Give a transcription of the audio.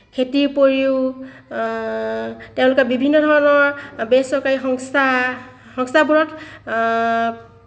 খেতিৰ উপৰিও তেওঁলোকে বিভিন্ন ধৰণৰ বেচৰকাৰী সংস্থা সংস্থাবোৰত